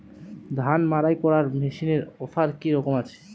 ধান মাড়াই করার মেশিনের অফার কী রকম আছে?